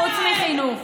חוץ מחינוך.